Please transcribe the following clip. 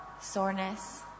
soreness